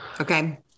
Okay